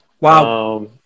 Wow